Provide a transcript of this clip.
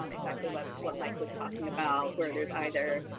um exactly what what mike was talking about, where there's either,